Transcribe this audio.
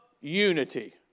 unity